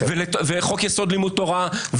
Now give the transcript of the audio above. לחוק יסוד לימוד תורה,